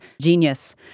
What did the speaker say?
genius